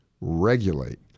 regulate